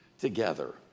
together